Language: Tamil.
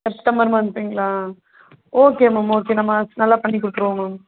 செப்டம்பர் மந்த்ங்களா ஓகே மேம் ஓகே நம்ம நல்லா பண்ணி கொடுத்துருவோம் மேம்